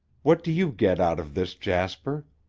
what do you get out of this, jasper?